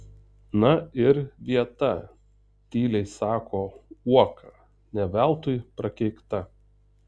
na ir vieta tyliai sako uoka ne veltui prakeikta